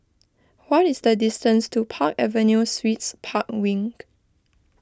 what is the distance to Park Avenue Suites Park Wing